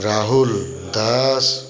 Rahul Das